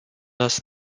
das